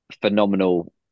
phenomenal